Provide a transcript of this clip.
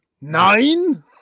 Nine